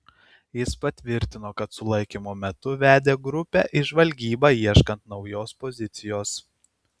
jis patvirtino kad sulaikymo metu vedė grupę į žvalgybą ieškant naujos pozicijos